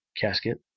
casket